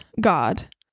God